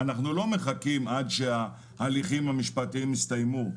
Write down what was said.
אנחנו לא מחכים עד שההליכים המשפטיים יסתיימו.